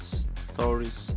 stories